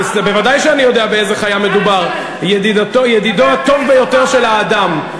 בוודאי שאני יודע באיזו חיה מדובר: ידידו הטוב ביותר של האדם.